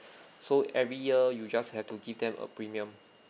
so every year you just have to give them a premium